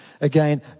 again